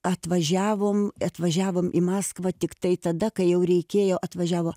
atvažiavom atvažiavom į maskvą tiktai tada kai jau reikėjo atvažiavo